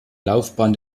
laufbahn